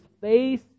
face